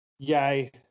Yay